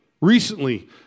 recently